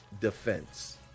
defense